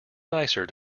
nicer